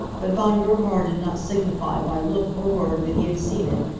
but von gerhard did not signify by look or word that he had seen it,